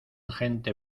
gente